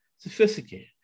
sophisticated